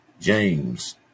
James